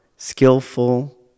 Skillful